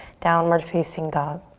downward facing dog.